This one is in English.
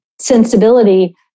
sensibility